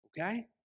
okay